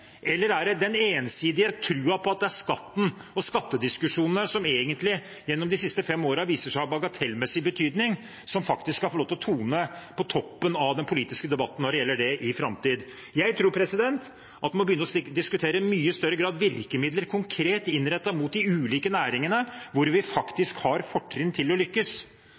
eller er det den ensidige troen på at det er skatten og skattediskusjonene, som egentlig gjennom de siste fem årene har vist seg å ha bagatellmessig betydning, som skal få lov til å trone på toppen av den politiske debatten når det gjelder dette i framtiden? Jeg tror at en i mye større grad må begynne å diskutere virkemidler som er konkret innrettet mot de ulike næringene hvor vi faktisk har fortrinn til å lykkes